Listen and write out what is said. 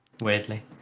Weirdly